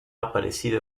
aparecido